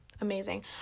amazing